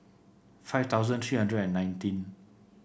five thousand three hundred and nineteen